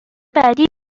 بعدی